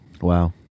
Wow